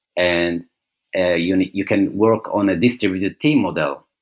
and ah you and you can work on a distributed team model.